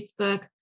Facebook